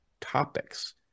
topics